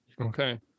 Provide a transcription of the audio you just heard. Okay